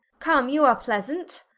come you are pleasant